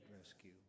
rescue